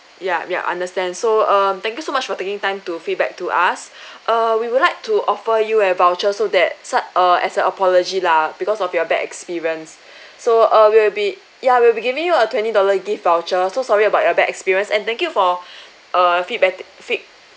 ya ya understand so err thank you so much for taking time to feedback to us err we would like to offer you a voucher so that such err as a apology lah because of your bad experience so err we will be ya we'll be giving you a twenty dollar gift voucher so sorry about your bad experience and thank you for err feedback feed